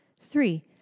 Three